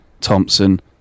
thompson